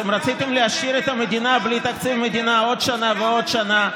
אתם רציתם להשאיר את המדינה בלי תקציב מדינה עוד שנה ועוד שנה,